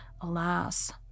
Alas